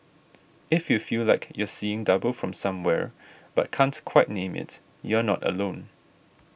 if you feel like you're seeing double from somewhere but can't quite name it you're not alone